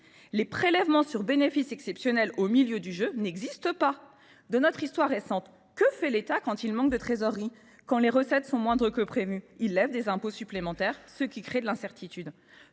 de prélèvement sur bénéfices exceptionnels surgissant au milieu du jeu. Dans notre histoire récente, que fait l’État quand il manque de trésorerie et que les recettes sont moindres que prévu ? Il lève des impôts supplémentaires, ce qui crée de l’incertitude.